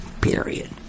Period